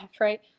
right